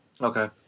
Okay